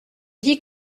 dit